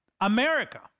America